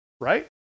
Right